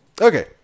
okay